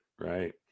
right